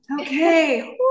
Okay